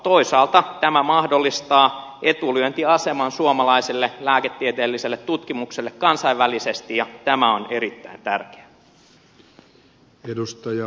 toisaalta tämä mahdollistaa etulyöntiaseman suomalaiselle lääketieteelliselle tutkimukselle kansainvälisesti ja tämä on erittäin tärkeää